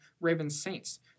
Ravens-Saints